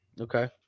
Okay